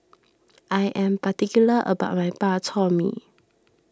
I am particular about my Bak Chor Mee